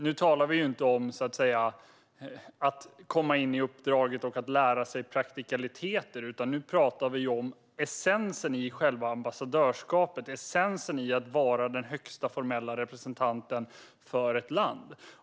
Nu talar vi inte om att komma in i uppdraget och lära sig praktikaliteter, utan vi talar om essensen i själva ambassadörskapet och essensen i att vara den högsta formella representanten för ett land.